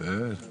אהלן וסהלן.